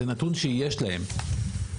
זה נתון שיש להם,